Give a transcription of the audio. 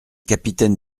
capitaine